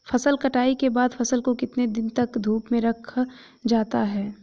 फसल कटाई के बाद फ़सल को कितने दिन तक धूप में रखा जाता है?